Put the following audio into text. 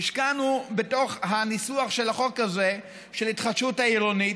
השקענו בניסוח של החוק הזה של ההתחדשות העירונית.